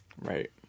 Right